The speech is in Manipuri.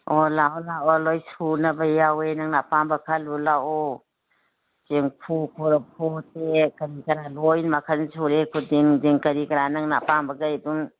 ꯑꯣ ꯂꯥꯛꯑꯣ ꯂꯥꯛꯑꯣ ꯂꯣꯏ ꯁꯨꯅꯕ ꯌꯥꯎꯋꯦ ꯅꯪꯅ ꯑꯄꯥꯝꯕ ꯈꯜꯂꯨ ꯂꯥꯛꯑꯣ ꯆꯦꯡꯐꯨ ꯀꯣꯔꯐꯨ ꯇꯦꯡ ꯀꯔꯤ ꯀꯔꯥ ꯂꯣꯏ ꯃꯈꯜ ꯁꯨꯔꯦ ꯈꯨꯗꯦꯡ ꯅꯨꯡꯗꯦꯡ ꯀꯔꯤ ꯀꯔꯥ ꯅꯪꯅ ꯑꯄꯥꯝꯕꯉꯩ ꯑꯗꯨꯝ